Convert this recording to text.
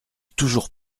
toujours